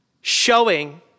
showing